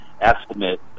estimate